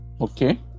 Okay